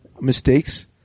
mistakes